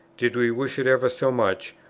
did we wish it ever so much,